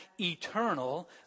eternal